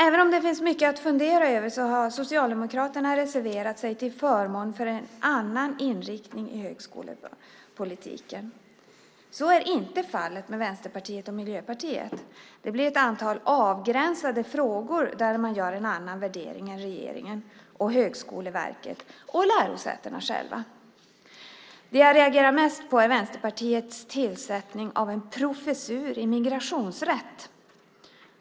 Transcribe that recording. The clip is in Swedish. Även om det finns mycket att fundera över har Socialdemokraterna reserverat sig till förmån för en annan inriktning i högskolepolitiken. Så är inte fallet med Vänsterpartiet och Miljöpartiet. Det blir ett antal avgränsade frågor där man gör en annan värdering än regeringen, Högskoleverket och lärosätena själva. Det jag reagerar mest på är Vänsterpartiets tillsättning av en professur i migrationsrätt.